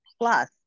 Plus